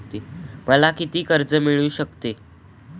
मला किती कर्ज मिळू शकते?